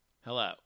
Hello